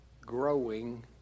growing